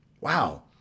Wow